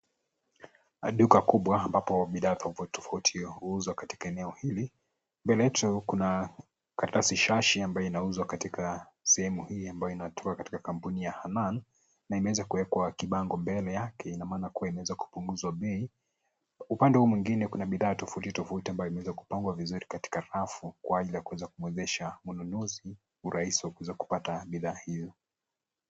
Duka kubwa ambapo bidhaa tofauti tofauti huuzwa katika eneo hili. Mbele yetu kuna karatasi shashi ambayo inauzwa katika sehemu hii ambayo inatoka katika kampuni ya Hanaan, na imeeza kuwekwa kibango mbele yake, ina maana kuwa imeweza kupunguzwa bei. Upande huu mwingi kuna bidhaa tofauti tofauti ambayo imeweza kupangwa vizuri katika rafu kwa ajili ya kuweza kumwezesha mnunuzi urahisi wa kuweza kupata bidhaa hiyo.